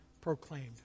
proclaimed